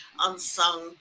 unsung